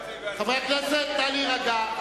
חברי הכנסת, נא להירגע.